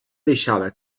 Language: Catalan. deixava